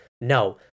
no